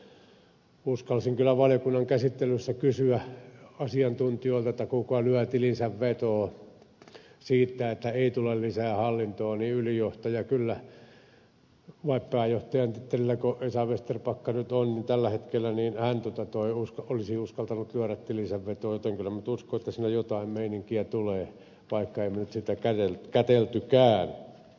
kun uskalsin kyllä valiokunnan käsittelyssä kysyä asiantuntijoilta kuka lyö tilinsä vetoa siitä että ei tule lisää hallintoon niin ylijohtaja kyllä vai pääjohtajan tittelilläkö esa vesterbacka nyt on tällä hetkellä olisi uskaltanut lyödä tilinsä vetoa joten kyllä minä nyt uskon että siinä jotain meininkiä tulee vaikka emme me nyt sitten kätelleetkään